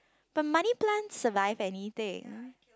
but money plant survive anything